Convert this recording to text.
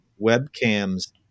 webcams